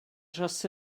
dros